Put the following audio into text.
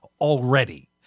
already